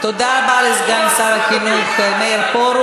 גם השר שלך צבוע.